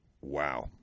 wow